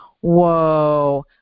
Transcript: whoa